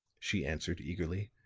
she answered, eagerly.